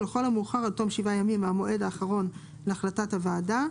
ולכל המאוחר עד תום שבעה ימים מהמועד האחרון להחלטת הוועדה,